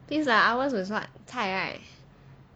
please lah ours was what 蔡 right